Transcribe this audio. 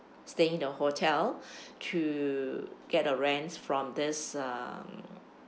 staying in the hotel to get a rent from this um